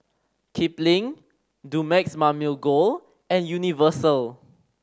Kipling Dumex Mamil Gold and Universal